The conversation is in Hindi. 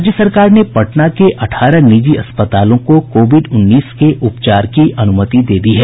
राज्य सरकार ने पटना के अठारह निजी अस्पतालों को कोविड उन्नीस के उपचार की अनुमति दे दी है